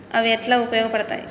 అవి ఎట్లా ఉపయోగ పడతాయి?